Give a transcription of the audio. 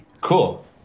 Cool